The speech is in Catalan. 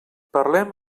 parlem